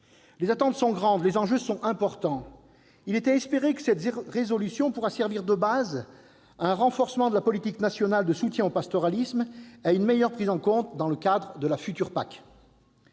Les attentes sont grandes et les enjeux importants. Il est à espérer que cette proposition de résolution pourra servir de base à un renforcement de la politique nationale de soutien au pastoralisme et à sa meilleure prise en compte dans le cadre de la future PAC.